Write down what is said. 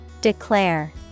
Declare